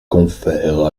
confère